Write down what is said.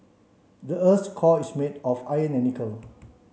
the earth's core is made of iron and nickel